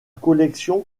collection